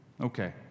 Okay